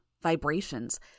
vibrations